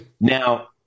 Now